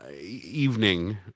evening